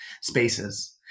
spaces